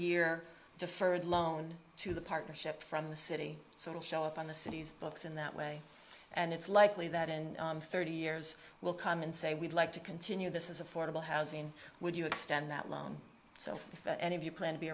year deferred loan to the partnership from the city so we'll show up on the city's books in that way and it's likely that in thirty years we'll come and say we'd like to continue this is affordable housing would you extend that loan so that and if you plan to be